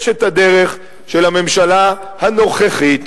יש הדרך של הממשלה הנוכחית,